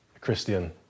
Christian